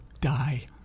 die